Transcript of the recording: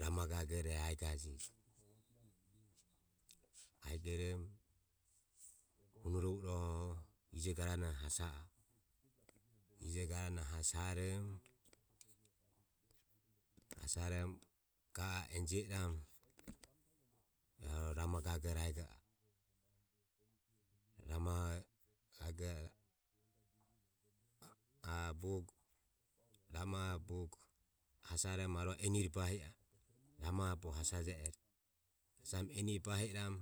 rama gagore e aegajeji. Aegoromo hunorovo iroho ijo garanoho hasa a e. Ijo garanoho hasaromo. haaromo ga a e enjiom iramu arue rama gagore aego a e a bogo ramaho bogo hasaromo arua enire bahi a e ramaho bogo hasaje ero hasaromo enire bahi iramu.